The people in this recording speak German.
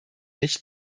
nicht